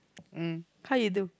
mm how you do